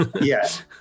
Yes